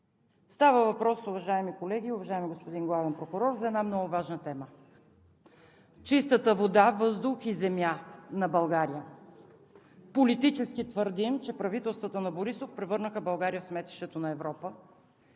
Става въпрос, уважаеми колеги и уважаеми господин Главен прокурор, за една много важна тема – чистата вода, въздух и земя на България! Политически твърдим, че правителствата на Борисов превърнаха България в сметището на Европа